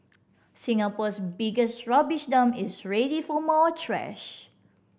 Singapore's biggest rubbish dump is ready for more trash